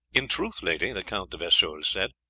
in truth, lady, the count de vesoul said,